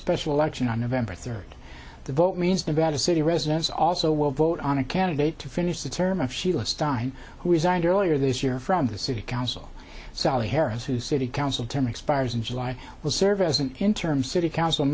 special election on november third the vote means nevada city residents also will vote on a candidate to finish the term of sheila stein who resigned earlier this year from the city council sally harris who city council term expires in july will serve as an interim city council